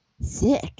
sick